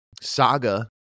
saga